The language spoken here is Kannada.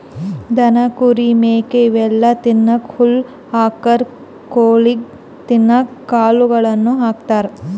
ದನ ಕುರಿ ಮೇಕೆ ಇವೆಲ್ಲಾ ತಿನ್ನಕ್ಕ್ ಹುಲ್ಲ್ ಹಾಕ್ತಾರ್ ಕೊಳಿಗ್ ತಿನ್ನಕ್ಕ್ ಕಾಳುಗಳನ್ನ ಹಾಕ್ತಾರ